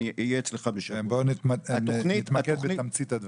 אני אהיה אצלך --- בוא נתמקד בתמצית הדברים.